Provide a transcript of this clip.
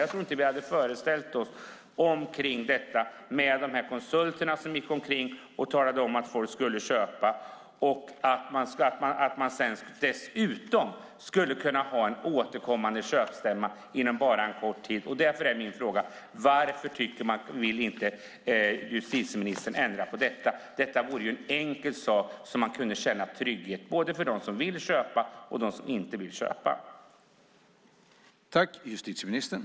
Jag tror inte att vi hade föreställt oss de här konsulterna som går omkring och talar om att folk ska köpa och att man sedan dessutom skulle kunna ha en återkommande köpstämma inom bara en kort tid. Därför är min fråga: Varför vill inte justitieministern ändra på detta? Detta vore ju en enkel sak så att både de som vill köpa och de som inte vill det kan känna trygghet.